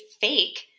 fake